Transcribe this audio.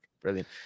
brilliant